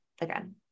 again